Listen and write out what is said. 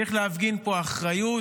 צריך להפגין פה אחריות.